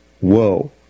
whoa